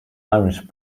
irish